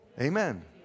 Amen